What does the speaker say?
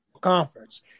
conference